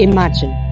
Imagine